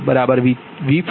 0 p